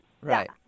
Right